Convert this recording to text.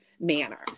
Manner